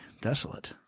Desolate